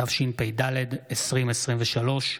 התשפ"ד 2023,